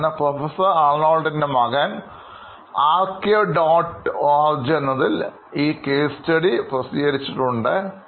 എന്ന പ്രൊഫസർ ആർനോൾഡ്ൻറെ മകൻ archive dot org എന്നതിൽ പ്രസിദ്ധീകരിച്ചത് ആവാം